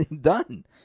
Done